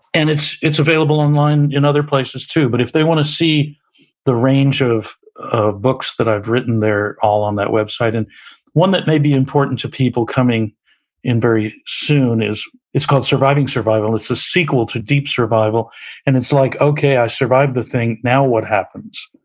and it's it's available online in other places, too, but if they wanna see the range of of books that i've written, they're all on that website. and one that may be important to people coming in very soon, it's called, surviving survival. and it's a sequel to deep survival and it's like, okay, i survived the thing, now what happens?